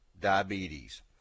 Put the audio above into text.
diabetes